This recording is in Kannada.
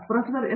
professor S